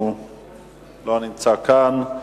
הוא לא נמצא כאן.